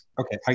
Okay